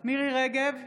מירי מרים רגב,